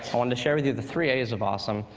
i wanted to share with you the three as of awesome,